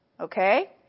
Okay